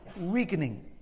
weakening